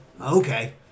Okay